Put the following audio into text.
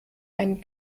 ein